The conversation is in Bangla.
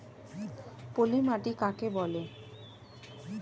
পলি মাটি কাকে বলে?